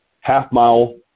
half-mile